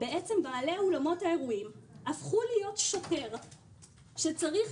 בעלי אולמות האירועים הפכו להיות שוטר שצריך